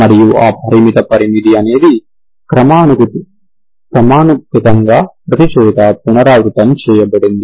మరియు ఆ పరిమిత పరిధి అనేది క్రమానుగతంగా ప్రతిచోటా పునరావృతం చేయబడినది